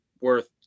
worth